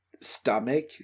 stomach